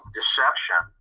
deception